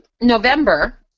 November